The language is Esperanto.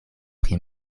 pri